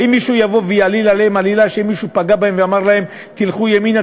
האם מישהו יבוא ויעליל עליהם עלילה שמישהו פגע בהם ואמר להם תלכו ימינה,